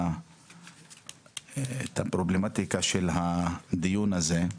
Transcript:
את הפרובלמטיקה של הדיון הזה,